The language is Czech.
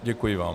Děkuji vám.